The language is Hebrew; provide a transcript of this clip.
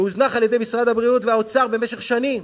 שהוזנח על-ידי משרד הבריאות והאוצר במשך שנים.